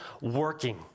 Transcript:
working